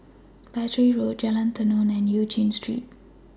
Battery Road Jalan Tenon and EU Chin Street